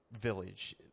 village